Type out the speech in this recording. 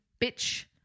Bitch